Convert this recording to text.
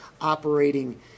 operating